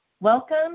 Welcome